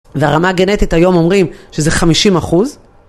והרמה הגנטית היום אומרים שזה חמישים אחוז?